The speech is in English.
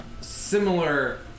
similar